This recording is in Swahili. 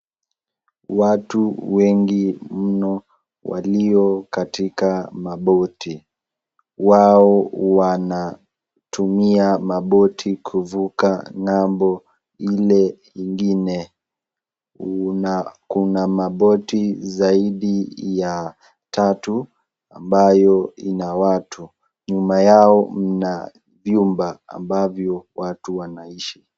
Watu wengi mno walio katika maboti. Wao wanatumia maboti kuvuka ng'ambo ile ingine. Kuna maboti zaidi ya tatu ambayo ina watu. Nyuma yao mna vyumba ambavyo watu wanaishi.